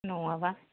नङाबा